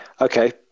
okay